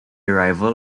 arrival